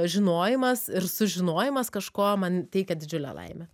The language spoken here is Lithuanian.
žinojimas ir sužinojimas kažko man teikia didžiulę laimę